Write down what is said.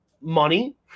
money